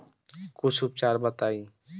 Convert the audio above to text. कुछ उपचार बताई?